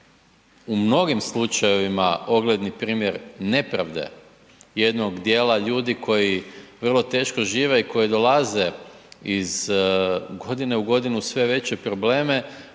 u mnogim slučajevima ogledni primjer nepravde jednog dijela ljudi koji vrlo teško žive i koji dolaze iz godine u godinu u sve probleme,